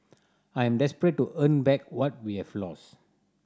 I am desperate to earn back what we have lost